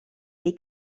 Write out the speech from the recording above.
dei